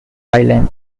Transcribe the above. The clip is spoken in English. islands